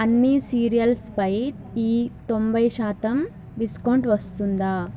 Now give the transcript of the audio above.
అన్ని సీరియల్స్పై ఈ తొంభై శాతం డిస్కౌంట్ వర్తిస్తుందా